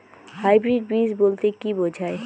Hybrid বীজ বলতে কী বোঝায়?